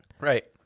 Right